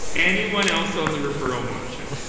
anyone else on the referral motion?